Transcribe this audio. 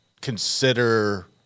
consider